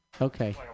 Okay